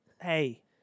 Hey